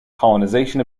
colonization